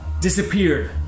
disappeared